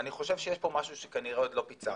ואני חושב שיש פה משהו שכנראה עוד לא פיצחנו.